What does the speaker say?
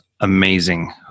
amazing